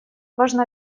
важно